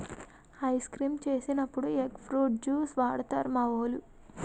ice creams చేసినప్పుడు egg fruit juice వాడుతారు మావోలు